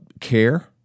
care